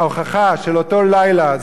ההוכחה של אותו לילה,